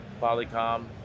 Polycom